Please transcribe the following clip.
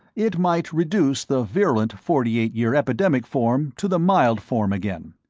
it might reduce the virulent forty eight year epidemic form to the mild form again.